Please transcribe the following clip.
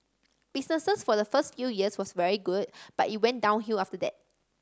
businesses for the first few years was very good but it went downhill after that